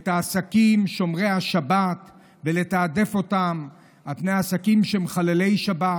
העסקים שומרי השבת ולתעדף אותם על פני עסקים שהם מחללי שבת,